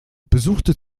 besuchte